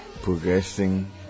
progressing